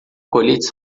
coletes